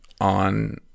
on